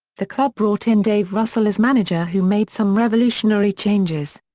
the club brought in dave russell as manager who made some revolutionary changes.